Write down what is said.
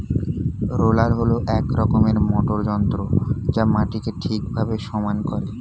roller হল এক রকমের মোটর যন্ত্র যা মাটিকে ঠিকভাবে সমান করে